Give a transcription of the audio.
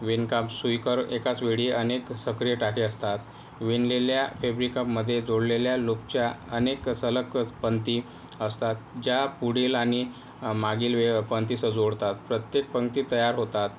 विणकाम सुईकर एकाचवेळी अनेक सक्रिय टाके असतात विणलेल्या फॅब्रिकमध्ये जोडलेल्या लूपच्या अनेक सलग पंक्ती असतात ज्या पुढील आणि मागील पंक्तीस जोडतात प्रत्येक पंक्ती तयार होतात